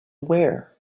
wear